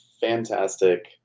fantastic